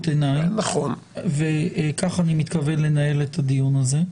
עיני וכך אני מתכוון לנהל את הדיון הזה.